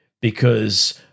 because-